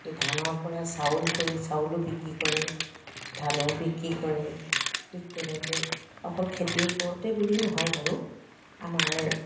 এই ধানৰ পৰা চাউল কৰি চাউলো বিক্ৰী কৰে ধানো বিক্ৰী কৰে ঠিক তেনেকৈ অকল খেতিৰ ওপৰতে বুলি নহয় বাৰু আমাৰ